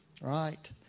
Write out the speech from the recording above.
right